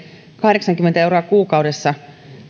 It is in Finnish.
kahdeksankymmentä euroa kuukaudessa niin mielestäni